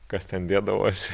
kas ten dėdavosi